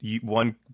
one